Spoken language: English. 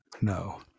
No